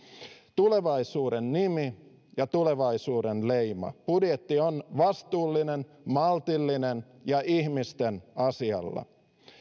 tulevaisuuden nimi ja tulevaisuuden leima budjetti on vastuullinen maltillinen ja ihmisten asialla